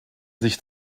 sich